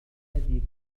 الذي